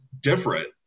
different